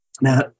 Now